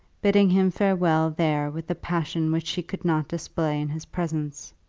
bidding him farewell there with a passion which she could not display in his presence.